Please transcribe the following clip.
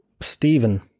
Stephen